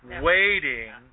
waiting